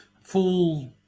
full